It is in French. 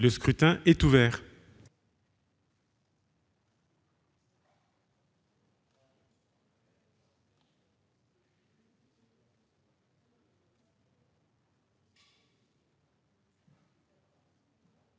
Le scrutin est ouvert.